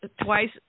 twice